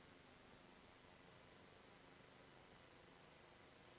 Grazie.